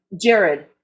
Jared